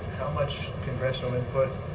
how much congressional input